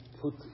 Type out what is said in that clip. put